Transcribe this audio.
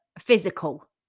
physical